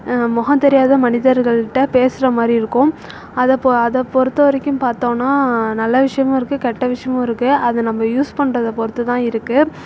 முகம் தெரியாத மனிதர்கள்கிட்ட பேசுகிற மாதிரி இருக்கும் அத பொ அத பொறுத்தவரைக்கும் பார்த்தோன்னா நல்ல விஷயமும் இருக்குது கெட்ட விஷயமும் இருக்குது அதை நம்ப யூஸ் பண்றதை பொறுத்துதான் இருக்குது